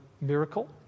miracle